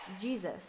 Jesus